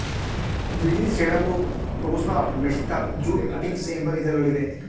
ಬಿಳಿ ಸೆಣಬು, tossa, mesta, jute cuttings ಎಂಬ ವಿಧಗಳಿವೆ